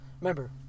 Remember